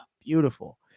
beautiful